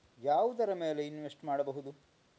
ಯಾವುದರ ಮೇಲೆ ಇನ್ವೆಸ್ಟ್ ಮಾಡಬಹುದು?